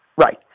Right